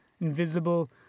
invisible